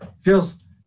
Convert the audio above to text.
Feels